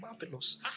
marvelous